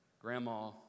Grandma